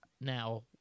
Now